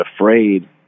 afraid